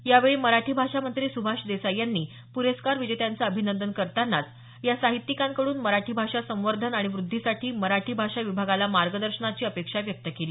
यावेळी मराठी भाषा मंत्री सुभाष देसाई यांनी पुरस्कार विजेत्यांचं अभिनंदन करतांनाच या साहित्यिकांकडून मराठी भाषा संवर्धन आणि वृद्धीसाठी मराठी भाषा विभागाला मार्गदर्शनाची अपेक्षा व्यक्त केली